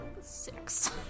Six